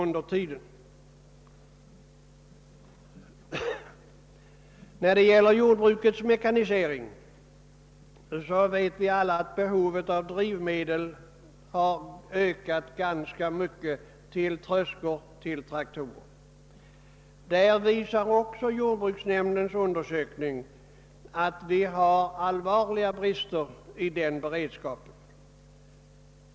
Beträffande jordbrukets mekanisering vet vi alla att behovet av drivmedel till tröskor, traktorer m.m. ökat ganska mycket. Även härvidlag visar jordbruksnämndens undersökning att vi har allvarliga brister i beredskapen.